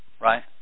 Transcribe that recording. right